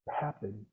happen